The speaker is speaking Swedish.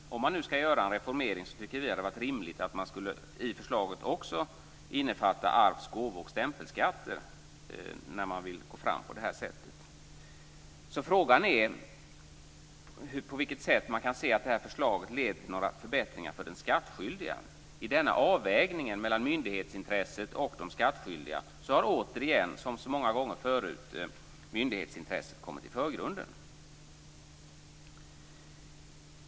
Om man skall göra en reformering och gå fram på det här sättet tycker vi moderater att det hade varit rimligt att i förslaget också innefatta arvs-, gåvo och stämpelskatter. Frågan är alltså på vilket sätt man kan se att förslaget leder till några förbättringar för den skattskyldige. I avvägningen mellan myndighetsintresset och de skattskyldiga har återigen, som så många gånger förut, myndighetsintresset kommit i förgrunden.